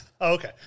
Okay